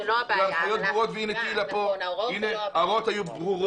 ההוראות זה לא הבעיה --- ההוראות היו ברורות,